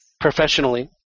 Professionally